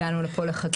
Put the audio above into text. הגענו לכאן.